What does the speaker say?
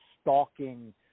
stalking